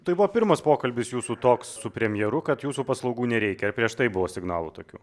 tai buvo pirmas pokalbis jūsų toks su premjeru kad jūsų paslaugų nereikia ar prieš tai buvo signalų tokių